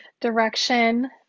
direction